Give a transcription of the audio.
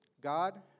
God